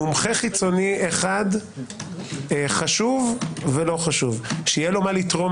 מומחה חיצוני אחד חשוב ולא חשוב שיהיה לו מה לתרום